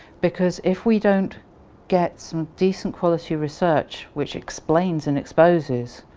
because if we don't get some decent quality research which explains and exposes